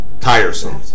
Tiresome